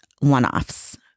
one-offs